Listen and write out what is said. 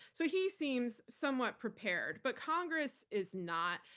so he seems somewhat prepared, but congress is not.